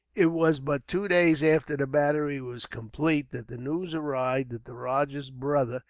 it was but two days after the battery was complete that the news arrived that the rajah's brother,